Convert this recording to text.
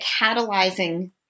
catalyzing